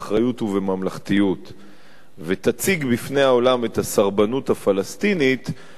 ובממלכתיות ותציג בפני העולם את הסרבנות הפלסטינית,